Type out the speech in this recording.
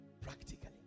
Practically